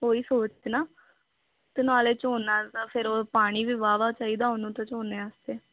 ਉਹੀ ਸੋਚ ਨਾ ਅਤੇ ਨਾਲੇ ਝੋਨਾ ਤਾਂ ਫਿਰ ਉਹ ਪਾਣੀ ਵੀ ਵਾਹ ਵਾਹ ਚਾਹੀਦਾ ਉਹਨੂੰ ਤਾਂ ਝੋਨੇ ਵਾਸਤੇ